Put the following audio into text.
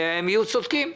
והם יהיו צודקים.